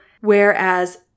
whereas